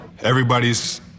Everybody's